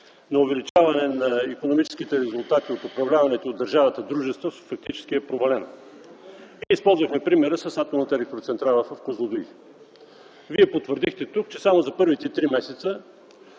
на увеличаване на икономическите резултати от управляваните от държавата дружества, фактически е провалена. Използвахме примера с Атомната електроцентрала в Козлодуй. Вие потвърдихте тук, че само за първите три месеца